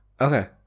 Okay